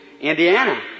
Indiana